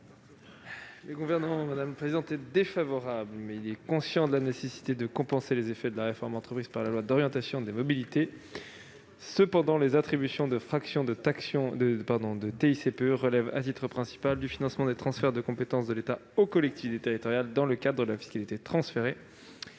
du Gouvernement ? Nous sommes conscients de la nécessité de compenser les effets de la réforme engagée par la loi d'orientation des mobilités. Cependant, les attributions de fractions de TICPE relèvent, à titre principal, du financement des transferts de compétences de l'État aux collectivités territoriales dans le cadre de la fiscalité transférée.